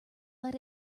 let